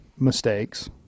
mistakes